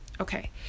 Okay